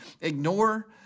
ignore